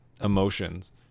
emotions